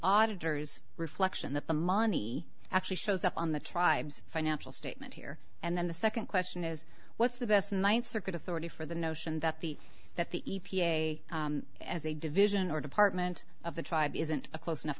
auditors reflection that the money actually shows up on the tribes financial statement here and then the second question is what's the best and ninth circuit authority for the notion that the that the e p a as a division or department of the tribe isn't a close enough